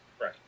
Right